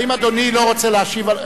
האם אדוני לא רוצה להשיב?